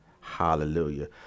Hallelujah